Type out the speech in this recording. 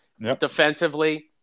Defensively